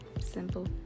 Simple